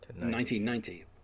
1990